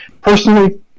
Personally